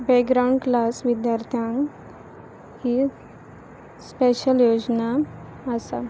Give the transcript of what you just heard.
background class विद्यार्थ्यांक ही special योजना आसा